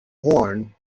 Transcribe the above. horn